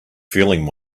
feeling